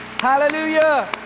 Hallelujah